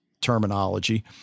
terminology